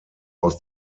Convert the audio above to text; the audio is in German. aus